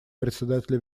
председателя